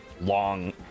long